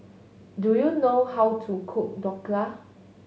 do you know how to cook Dhokla